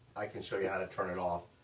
i can show you how to turn it off.